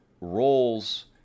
roles